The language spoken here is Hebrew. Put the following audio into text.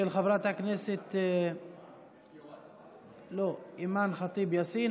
של חברת הכנסת אימאן ח'טיב יאסין,